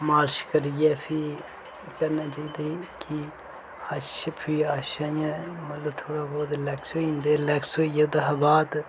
मालिश करियै फ्ही कन्नै जेह्दे कि अच्छा फ्ही अच्छा इयां मतलब थोह्ड़ा बोह्त रिलैक्स होई जंदे रिलैक्स होइयै ओह्दे शा बाद